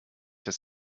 das